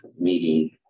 meeting